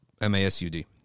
M-A-S-U-D